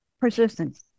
persistence